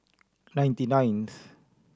ninety ninth